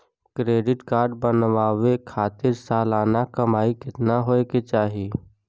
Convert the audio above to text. Credit card बनवावे खातिर सालाना कमाई कितना होए के चाही?